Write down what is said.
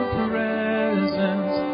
presence